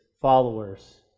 followers